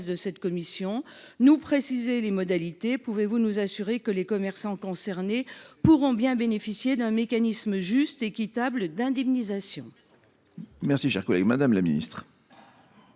de cette commission, et nous en préciser ses modalités ? De plus, pouvez vous nous assurer que les commerçants concernés pourront bénéficier d’un mécanisme juste et équitable d’indemnisation ?